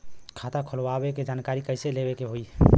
खाता खोलवावे के जानकारी कैसे लेवे के होई?